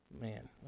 Man